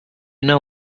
know